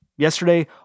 Yesterday